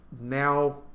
now